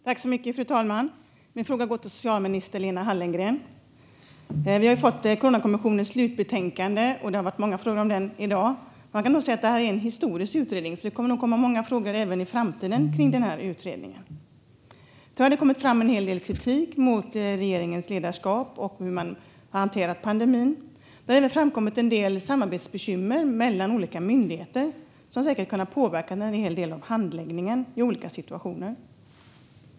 Fru talman! Min fråga går till socialminister Lena Hallengren. Vi har ju fått Coronakommissionens slutbetänkande, och det har kommit många frågor om det i dag. Man kan nog säga att det här är en historisk utredning, så det kommer nog många frågor om den även i framtiden. Det har framkommit en hel del kritik mot regeringens ledarskap och hur man hanterat pandemin. Det har även framkommit en del samarbetsbekymmer mellan olika myndigheter som säkert har kunnat påverka en hel del av handläggningen i olika situationer.